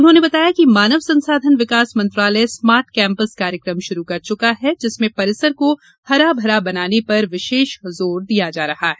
उन्होंने बताया कि मानव संसाधन विकास मंत्रालय स्मार्ट कैम्पस कार्यक्रम शुरु कर चुका है जिसमें परिसर को हरा भरा बनाने पर विशेष जोर दिया जा रहा है